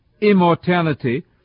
immortality